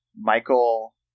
michael